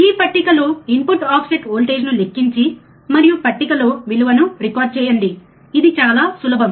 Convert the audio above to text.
ఈ పట్టిక లో ఇన్పుట్ ఆఫ్సెట్ వోల్టేజ్ను లెక్కించి మరియు పట్టికలో విలువను రికార్డ్ చేయండి ఇది చాలా సులభం